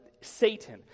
Satan